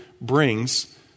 brings